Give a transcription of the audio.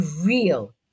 real